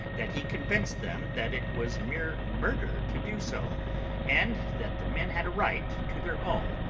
that he convinced them that it was mere murder to do so and that the men had a right to their own,